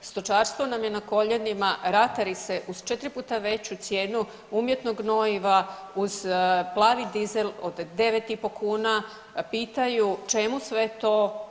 Stočarstvo nam je na koljenima ratari se uz četiri puta veću cijenu umjetnog gnojiva uz plavi dizel od 9,5 kuna pitaju čemu sve to.